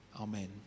Amen